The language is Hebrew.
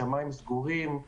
השמיים סגורים.